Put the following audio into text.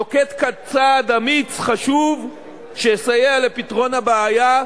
נוקט כאן צעד אמיץ, חשוב, שיסייע לפתרון הבעיה.